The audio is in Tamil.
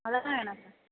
அதெல்லாம் வேணா சார்